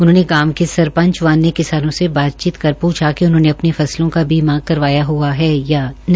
उन्होंने गांव के सरपंच व अन्य किसानों से बातचीत कर पूछा कि उन्होंने अपनी फसलों का बीमा करवाया हुआ है या नहीं